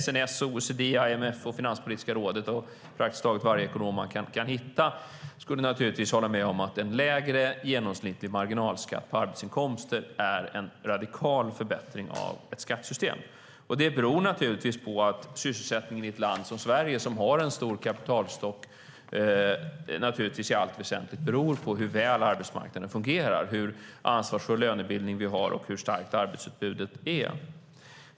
SNS, OECD, IMF, Finanspolitiska rådet och praktiskt taget varje ekonom man kan hitta skulle naturligtvis hålla med om att en lägre genomsnittlig marginalskatt på arbetsinkomster är en radikal förbättring av ett skattesystem. Det beror på att sysselsättningen i ett land som Sverige, som har en stor kapitalstock, i allt väsentligt beror på hur väl arbetsmarknaden fungerar, hur ansvarsfull lönebildning vi har och hur starkt arbetsutbudet är.